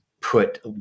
put –